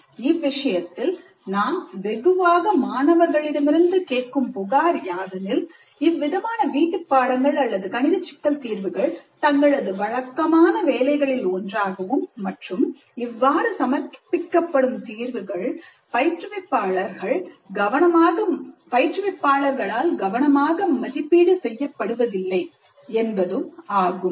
இவ்விஷயத்தில் நாம் வெகுவாக மாணவர்களிடமிருந்து கேட்கும் புகார் யாதெனில் இவ்விதமான வீட்டுப்பாடங்கள் அல்லது சிக்கல் தீர்வுகள் தங்களது வழக்கமான வேலைகளில் ஒன்றாகவும் மற்றும் இவ்வாறு சமர்ப்பிக்கப்படும் தீர்வுகள் பயிற்றுவிப்பாளர் கவனமாக மதிப்பீடு செய்ய செய்யப்படுவதில்லை என்பதும் ஆகும்